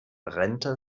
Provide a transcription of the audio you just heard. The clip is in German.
rente